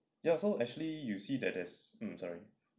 ya so actually you see that as ya sorry